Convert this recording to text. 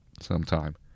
sometime